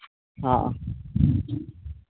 ᱦᱮᱸ